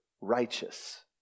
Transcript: righteous